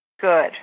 Good